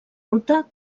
ruta